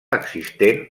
existent